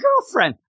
girlfriend